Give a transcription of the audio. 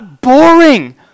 boring